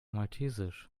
maltesisch